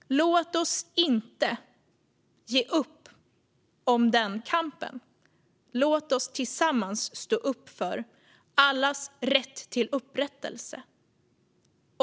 Låt oss inte ge upp om den kampen. Låt oss tillsammans stå upp för allas rätt till upprättelse.